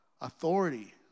authority